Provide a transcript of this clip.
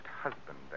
husband